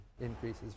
increases